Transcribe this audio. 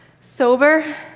sober